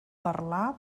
parlar